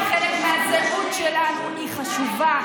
היא חלק מהזהות שלנו, והיא חשובה,